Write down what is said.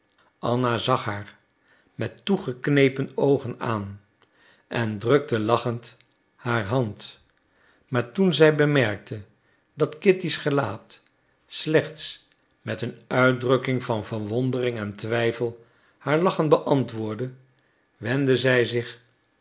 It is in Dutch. anna zag haar met toegeknepen oogen aan en drukte lachend haar hand maar toen zij bemerkte dat kitty's gelaat slechts met een uitdrukking van verwondering en twijfel haar lachen beantwoordde wendde zij zich